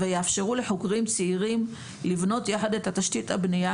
ויאפשרו לחוקרים צעירים לבנות יחד את תשתית הבנייה